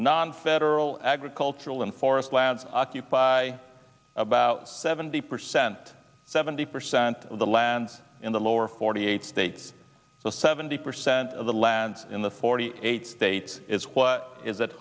nonfederal agricultural and forest lands occupy about seventy percent seventy percent of the land in the lower forty eight states seventy percent of the land in the forty eight states is what is